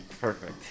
Perfect